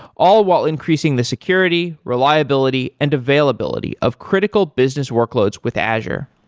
all while increasing the security, reliability and availability of critical business workloads with azure.